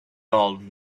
old